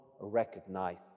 recognize